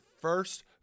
first